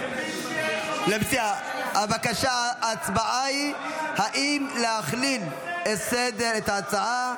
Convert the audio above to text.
היא ההצבעה היא האם להכליל את ההצעה,